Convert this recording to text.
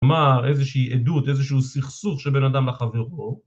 כלומר, איזושהי עדות, איזשהו סכסוך שבין אדם לחברו.